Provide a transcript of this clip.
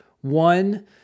One